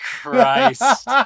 Christ